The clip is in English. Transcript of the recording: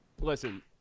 listen